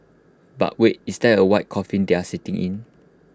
but wait is that A white coffin they are sitting in